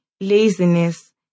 laziness